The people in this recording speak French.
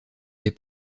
des